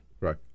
Right